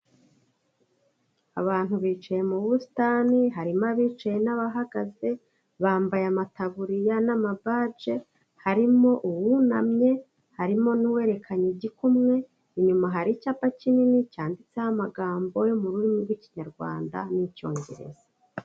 Abantu bicaye mu busitani, harimo abicaye n'abahagaze, bambaye amataburiya n'amabaje, harimo uwunamye, harimo n'uwerekanye igikumwe, inyuma hari icyapa kinini cyanditseho amagambo yo mu rurimi rw'Ikinyarwanda n'Icyongereza.